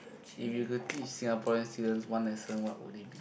if you could teach Singaporean students one lesson what would it be